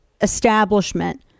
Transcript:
establishment